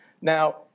Now